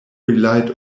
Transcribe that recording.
relied